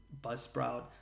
Buzzsprout